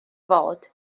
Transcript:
fod